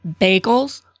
bagels